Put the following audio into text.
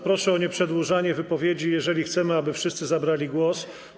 Proszę o nieprzedłużanie wypowiedzi, jeżeli chcemy, aby wszyscy zabrali głos.